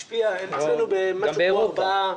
גם באירופה.